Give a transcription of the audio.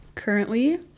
Currently